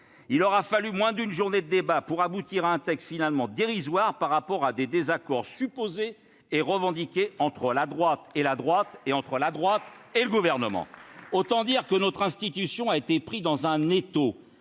Il aura fallu moins d'une journée de débats pour aboutir à un texte finalement dérisoire par rapport à des désaccords supposés et revendiqués entre la droite et la droite et entre la droite et le Gouvernement ! Autant dire que notre institution a été prise dans un étau